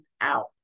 out